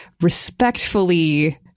respectfully